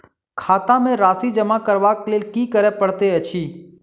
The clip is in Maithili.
खाता मे राशि जमा करबाक लेल की करै पड़तै अछि?